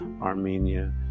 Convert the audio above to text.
Armenia